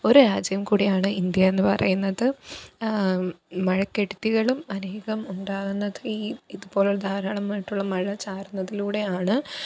ഒരു രാജ്യം കൂടിയാണ് ഇന്ത്യ എന്ന് പറയുന്നത് മഴക്കെടുതികളും അനേകം ഉണ്ടാകുന്നത് ഈ ഇതുപോലുള്ള ധാരാളമായിട്ടുള്ള മഴ ചാറുന്നതിലൂടെയാണ്